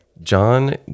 John